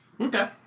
Okay